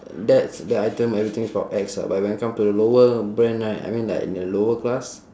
that's the item everything is about ex ah but when it come to the lower brand right I mean like in the lower class